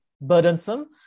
burdensome